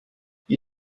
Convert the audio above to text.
you